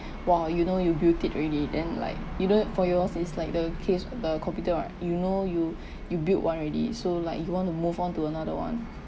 !wah! you know you built it already then like you do it for yours is like the case the computer what you know you you build one already so like you want to move on to another one